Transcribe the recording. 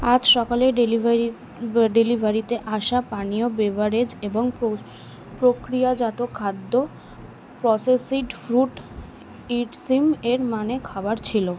আজ সকালে ডেলিভারি ডেলিভারিতে আসা পানীয় বেভারেজ এবং পোর প্রক্রিয়াজাত খাদ্য প্রসেসড ফুড ইটসিং এর মানে খাবার ছিল